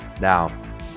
Now